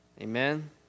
amen